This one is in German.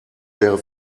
wäre